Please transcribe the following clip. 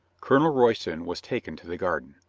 colonel royston was taken to the garden.